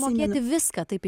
mokėti viską taip